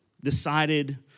decided